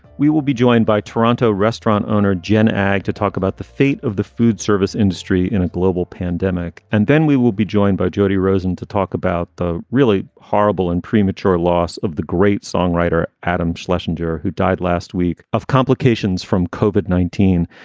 we will be joined by toronto restaurant owner jen ag to talk about the fate of the food service industry in a global pandemic. and then we will be joined by jody rosen to talk about the really horrible and premature loss of the great songwriter adam schlesinger, who died last week of complications from cobh at nineteen.